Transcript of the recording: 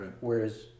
whereas